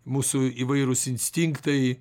mūsų įvairūs instinktai